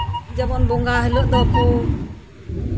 ᱡᱮᱢᱚᱱ ᱵᱚᱸᱜᱟ ᱦᱤᱞᱳᱜ ᱫᱚ ᱠᱚ